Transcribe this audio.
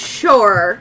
sure